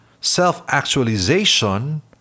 self-actualization